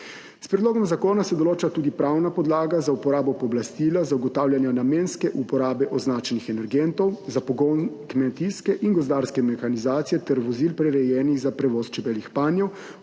S predlogom zakona se določa tudi pravna podlaga za uporabo pooblastila za ugotavljanje namenske uporabe označenih energentov za pogon kmetijske in gozdarske mehanizacije ter vozil, prirejenih za prevoz čebeljih panjev,